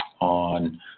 on